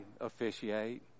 officiate